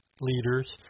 leaders